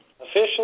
officially